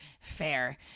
fair